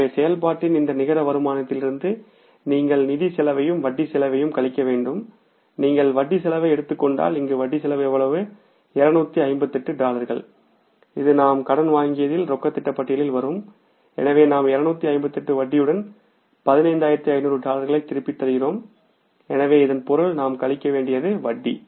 எனவே செயல்பாட்டின் இந்த நிகர வருமானத்திலிருந்து நீங்கள் நிதிச் செலவையும்வட்டி செலவுவையும் கழிக்க வேண்டும் நீங்கள் வட்டி செலவை எடுத்துக் கொண்டால் இங்கு வட்டி செலவு எவ்வளவு 258 டாலர்கள் இது நாம் கடன் வாங்கியதால் ரொக்க திட்ட பட்டியலில் வரும் எனவே நாம் 258 வட்டியுடன் 15500 டாலர்களைத் திருப்பித் தருகிறோம் எனவே இதன் பொருள் நாம் கழிக்க வேண்டியது வட்டி